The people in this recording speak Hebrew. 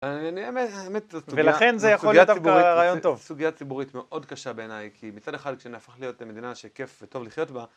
ולכן זה יכול להיות דווקא רעיון טוב. סוגיה ציבורית מאוד קשה בעיניי, כי מצד אחד כשנהפך להיות מדינה שכיף וטוב לחיות בה,